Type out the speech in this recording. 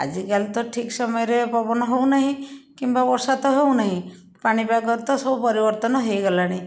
ଆଜି କାଲି ତ ଠିକ୍ ସମୟରେ ପବନ ହେଉନାହିଁ କିମ୍ବା ବର୍ଷା ତ ହେଉନାହିଁ ପାଣିପାଗ ତ ସବୁ ପରିବର୍ତ୍ତନ ହୋଇଗଲାଣି